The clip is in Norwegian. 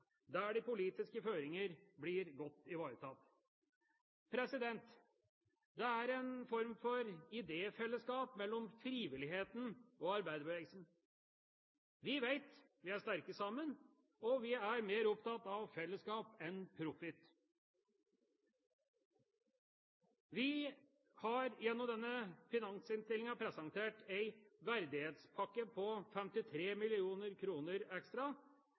der de politiske føringer blir godt ivaretatt. Det er en form for idéfellesskap mellom frivilligheten og arbeiderbevegelsen. Vi vet at vi er sterke sammen, og vi er mer opptatt av fellesskap enn av profitt. Vi har gjennom denne finansinnstillingen presentert en verdighetspakke på 53 mill. kr ekstra,